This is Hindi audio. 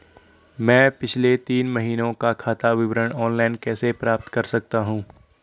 मैं पिछले तीन महीनों का खाता विवरण ऑनलाइन कैसे प्राप्त कर सकता हूं?